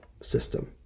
system